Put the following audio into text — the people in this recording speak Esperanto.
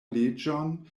leĝon